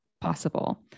possible